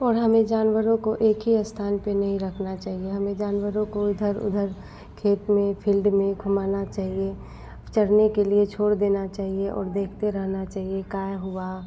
और हमें जानवरों को एक ही स्थान पर नहीं रखना चाहिए हमें जानवरों को इधर उधर खेत में फिल्ड में घूमाना चाहिए चरने के लिए छोड़ देना चाहिए और देखते रहना चाहिए का हुआ